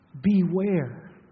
Beware